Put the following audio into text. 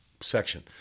section